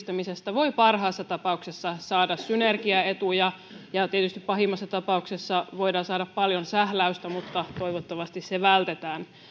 voi parhaassa tapauksessa saada synergiaetuja ja tietysti pahimmassa tapauksessa voidaan saada paljon sähläystä mutta toivottavasti se vältetään